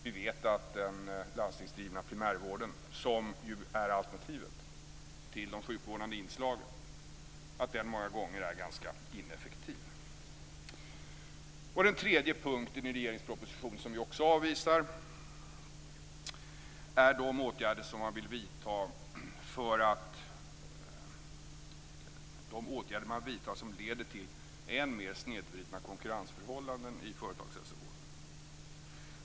Vi vet ju att den landstingsdrivna primärvården, som alltså är alternativet till de sjukvårdande inslagen, många gånger är ganska ineffektiv. För det tredje avvisar vi de åtgärder i regeringens proposition som man vill vidta och som leder till ännu mera snedvridna konkurrensförhållanden i företagshälsovården.